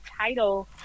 title